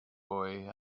boy